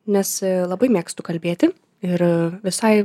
nes labai mėgstu kalbėti ir visai